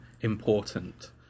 important